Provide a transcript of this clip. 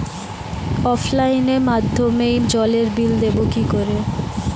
অফলাইনে মাধ্যমেই জলের বিল দেবো কি করে?